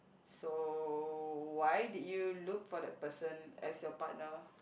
so why did you look for that person as your partner